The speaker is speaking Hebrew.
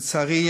לצערי,